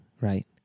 right